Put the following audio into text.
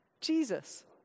Jesus